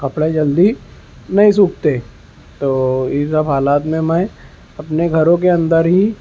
کپڑے جلدی نہیں سوکھتے تو یہ سب حالات میں میں اپنے گھروں کے اندر ہی